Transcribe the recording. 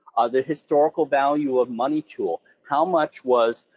the historical value of money tool, how much was,